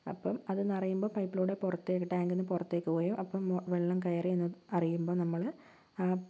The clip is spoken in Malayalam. അപ്പം അത് നിറയുമ്പോൾ പൈപ്പിലൂടെ പുറത്തേക്ക് ടാങ്കിൽ നിന്ന് പുറത്തേക്ക് പോയാൽ അപ്പം വെള്ളം കയറീന്ന് അറിയുമ്പം നമ്മള് ആ